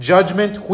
Judgment